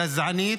גזענית,